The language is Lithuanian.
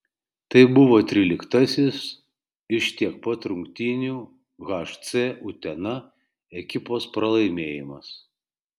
tai buvo tryliktasis iš tiek pat rungtynių hc utena ekipos pralaimėjimas